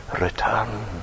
Return